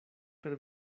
per